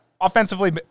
offensively